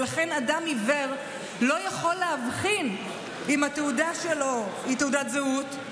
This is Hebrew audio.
ולכן אדם עיוור לא יכול להבחין אם התעודה שלו היא תעודת זהות,